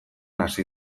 hasi